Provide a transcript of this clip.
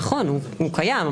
נכון, הוא קיים.